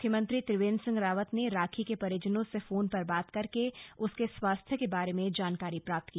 मुख्यमंत्री त्रिवेन्द्र सिंह रावत ने राखी के परिजनों से फोन पर बात कर उसके स्वास्थ्य के बारे में जानकारी प्राप्त की